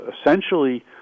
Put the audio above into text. essentially